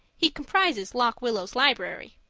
he comprises lock willow's library.